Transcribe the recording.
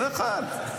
לא יכול.